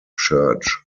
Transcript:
church